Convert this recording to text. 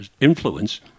influence